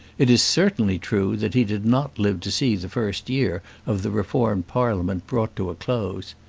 it is certainly true that he did not live to see the first year of the reformed parliament brought to a close.